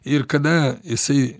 ir kada jisai